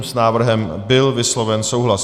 S návrhem byl vysloven souhlas.